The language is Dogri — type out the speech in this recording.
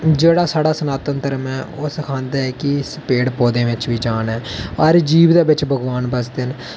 जेह्ड़ा साढ़ा सनातन धर्म ऐ ओह् सखांदा ऐ कि इस पेड़ पौधें च बी जान ऐ हर जीव दे बिच भगोआन बसदे न